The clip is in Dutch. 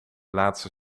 laatste